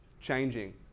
changing